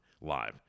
live